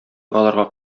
аларга